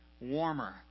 warmer